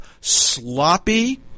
sloppy